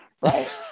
right